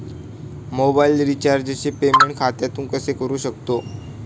Mobile रिचार्जचे payment खात्यातून कसे करू शकतो?